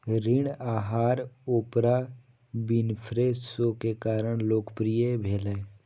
ऋण आहार Oprah Winfrey show के कारण लोकप्रिय भेलै